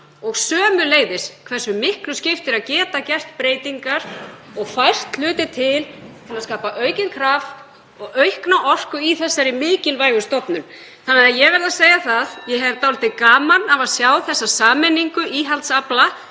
og sömuleiðis hversu miklu skiptir að geta gert breytingar og fært hluti til til að skapa aukinn kraft og aukna orku í þessari mikilvægu stofnun. Ég verð því að segja (Forseti hringir.) að ég hef dálítið gaman af að sjá þessa sameiningu íhaldsafla.